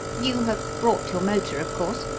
you have brought your motor, of course?